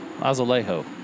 Azulejo